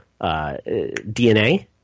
DNA